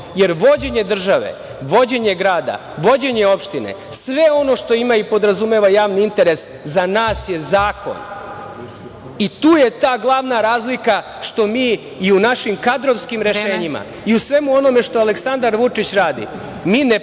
jer vođenje države, vođenje grada, vođenje opštine, sve ono što ima i podrazumeva javni interes za nas je zakon. Tu je ta glavna razlika što mi i u našim kadrovskim rešenjima i u svemu onome što Aleksandar Vučić radi, mi ne pristupamo